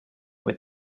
with